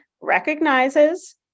recognizes